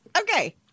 Okay